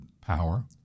Power